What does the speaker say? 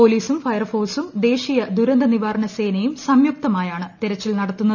പോലീസും ഫയർഫോഴ്സും ദേശീയ ദുരന്തനിവാരണ സേനയും സംയുക്തമായാണ് തിരച്ചിൽ നടത്തുന്നത്